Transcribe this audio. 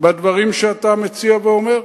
בדברים שאתה מציע ואומר.